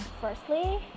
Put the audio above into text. Firstly